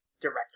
director